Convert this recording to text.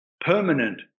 permanent